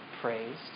praised